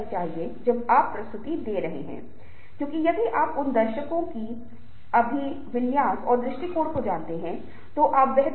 इसलिए जब हम मौखिक रूप से कह रहे हैं तो हम कुछ ऐसा कह रहे हैं जिसे शब्दों के रूप में लिखा जा सकता है तो वह टेक्स्ट है